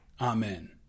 Amen